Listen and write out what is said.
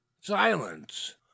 Silence